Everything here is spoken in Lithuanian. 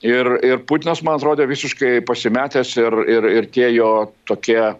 ir ir putinas man atrodė visiškai pasimetęs ir ir ir tie jo tokie